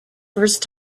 first